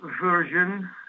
version